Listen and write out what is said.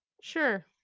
Sure